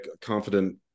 confident